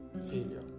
failure